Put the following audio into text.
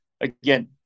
again